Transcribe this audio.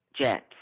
jets